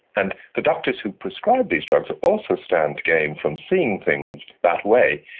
and the doctors who prescribe these drugs also stand to gain from seeing things that way.